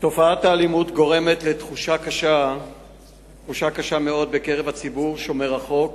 תופעת האלימות גורמת לתחושה קשה מאוד בקרב ציבור שומרי החוק,